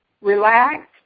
relax